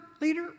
leader